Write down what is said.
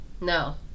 No